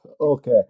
Okay